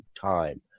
time